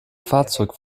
fahrzeug